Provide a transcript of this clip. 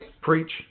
Preach